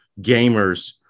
gamers